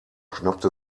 schnappte